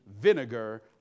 vinegar